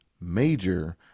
major